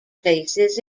places